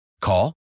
Call